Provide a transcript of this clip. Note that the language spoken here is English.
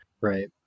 Right